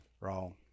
Wrong